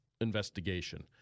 investigation